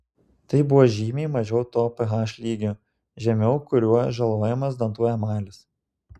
tai buvo žymiai mažiau to ph lygio žemiau kurio žalojamas dantų emalis